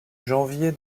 janvier